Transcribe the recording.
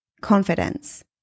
confidence